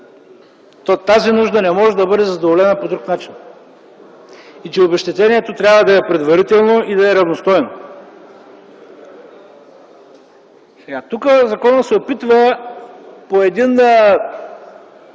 тя не може да бъде задоволена по друг начин и, че обезщетението трябва да е предварително и равностойно. Тук законът се опитва по един малко